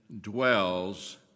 dwells